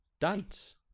Dance